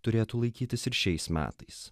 turėtų laikytis ir šiais metais